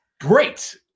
great